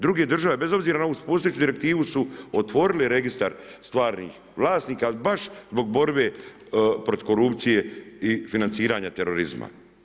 Drugi države bez obzira na ovu postojeću direktivu su otvorile Registar stvarnih vlasnika, ali baš zbog borbe protiv korupcije i financiranja terorizma.